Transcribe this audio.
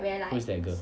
who's that girl